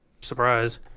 surprise